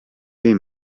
این